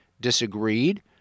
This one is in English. disagreed